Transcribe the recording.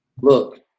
Look